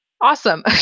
Awesome